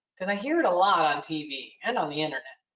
cause i hear it a lot on tv and on the internet.